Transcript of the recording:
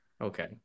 Okay